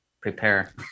prepare